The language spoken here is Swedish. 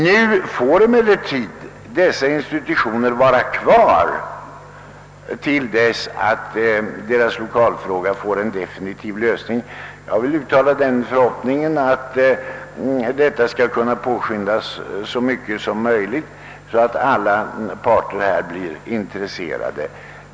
Nu får emellertid dessa institutioner vara kvar i sina nuvarande utrymmen till dess att deras lokalfråga får en definitiv lösning. Jag vill uttala den förhoppningen att denna lösning skall kunna påskyndas så mycket som möjligt, så att alla parter blir nöjda.